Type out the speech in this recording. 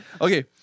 Okay